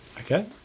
Okay